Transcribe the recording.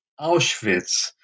Auschwitz